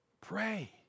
Pray